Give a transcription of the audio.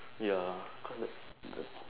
ya